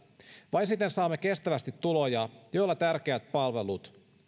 vain siten saamme kestävästi tuloja joilla tärkeät palvelut